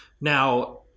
Now